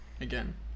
Again